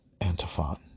Antiphon